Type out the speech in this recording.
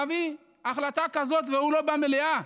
מביא החלטה כזאת, והוא לא במליאה?